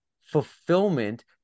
fulfillment